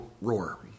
roar